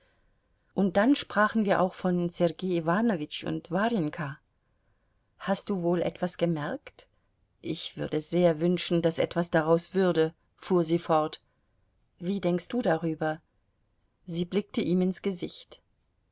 und dann sprachen wir auch von sergei iwanowitsch und warjenka hast du wohl etwas gemerkt ich würde sehr wünschen daß etwas daraus würde fuhr sie fort wie denkst du darüber sie blickte ihm ins gesicht